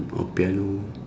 or piano